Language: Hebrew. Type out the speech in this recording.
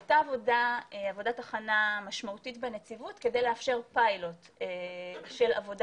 הייתה עבודת הכנה משמעותית בנציבות כדי לאפשר פיילוט של עבודה